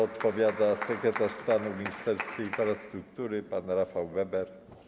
Odpowiada sekretarz stanu w Ministerstwie Infrastruktury pan Rafał Weber.